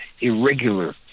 irregular